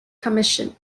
commission